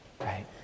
right